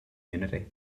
unity